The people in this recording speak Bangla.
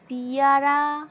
পিয়ারা